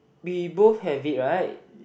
we both have it right